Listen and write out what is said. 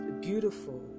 beautiful